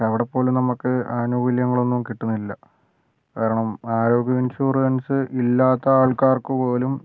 പക്ഷേ അവിടെപോലും നമുക്ക് ആനുകൂല്യങ്ങളൊന്നും കിട്ടുന്നില്ല കാരണം ആരോഗ്യ ഇൻഷുറൻസ് ഇല്ലാത്ത ആൾക്കാർക്ക് പോലും